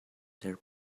their